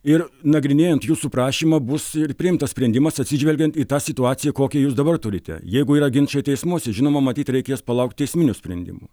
ir nagrinėjant jūsų prašymą bus priimtas sprendimas atsižvelgiant į tą situaciją kokią jūs dabar turite jeigu yra ginčai teismuose žinoma matyt reikės palaukt teisminių sprendimų